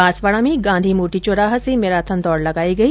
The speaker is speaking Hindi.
बांसवाडा में गांधी मूर्ति चौराहा से मैराथन दौड लगाई गई